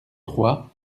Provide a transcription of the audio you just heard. trois